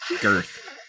girth